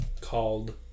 called